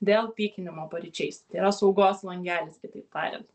dėl pykinimo paryčiais tai yra saugos langelis kitaip tariant